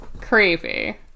Creepy